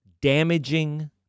damaging